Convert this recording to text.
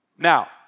Now